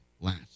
last